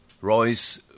Royce